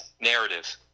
narrative